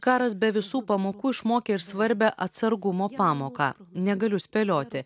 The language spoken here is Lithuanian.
karas be visų pamokų išmokė ir svarbią atsargumo pamoką negaliu spėlioti